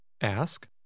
Ask